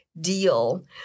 deal